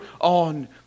on